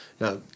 Now